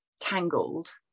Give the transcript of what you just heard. tangled